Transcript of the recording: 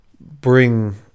bring